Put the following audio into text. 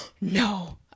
no